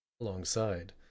alongside